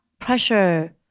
pressure